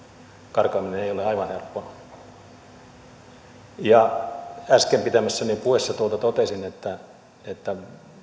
karkaaminen ei ole aivan helppoa äsken pitämässäni puheessa totesin että että